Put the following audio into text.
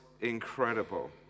incredible